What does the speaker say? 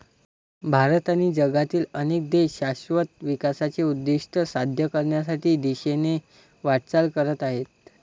भारत आणि जगातील अनेक देश शाश्वत विकासाचे उद्दिष्ट साध्य करण्याच्या दिशेने वाटचाल करत आहेत